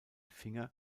finger